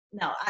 No